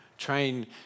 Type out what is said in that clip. Train